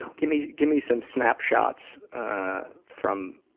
um give me give me some snapshots from